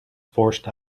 forced